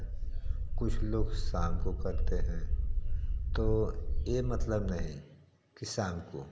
कुछ लोग शाम को करते हैं तो यह मतलब नहीं कि शाम को